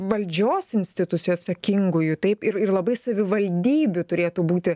valdžios institucijų atsakingųjų taip ir ir labai savivaldybių turėtų būti